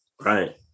Right